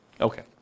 okay